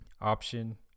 option